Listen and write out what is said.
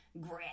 grit